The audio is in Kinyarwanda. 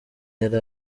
yari